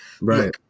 right